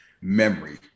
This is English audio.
memory